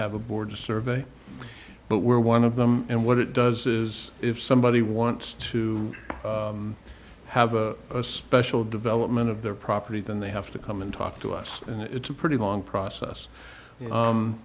have a board survey but we're one of them and what it does is if somebody wants to have a special development of their property then they have to come and talk to us and it's a pretty long process